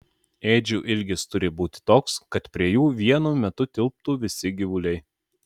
ėdžių ilgis turi būti toks kad prie jų vienu metu tilptų visi gyvuliai